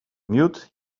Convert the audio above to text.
miód